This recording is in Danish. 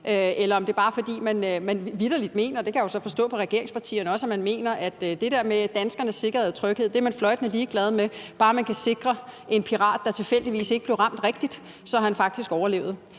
eller om det bare var, fordi man vitterlig mente det sådan. Jeg kan jo forstå på regeringspartierne, at det der med danskernes tryghed og sikkerhed er man fløjtende ligeglad med, bare man kan redde en pirat, der tilfældigvis ikke blev ramt rigtigt, så han faktisk overlevede.